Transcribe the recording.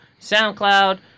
SoundCloud